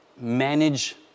manage